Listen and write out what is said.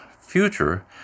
future